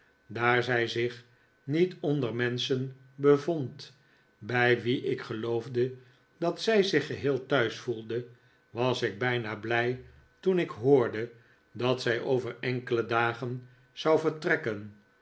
daar zij zich niet onder menschen bevond bij wie ik geloofde dat zij zicn geheel thuis voelde was ik bijna blij toen ik hoorde dat zij over enkele dagen zou vertrekken